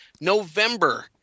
November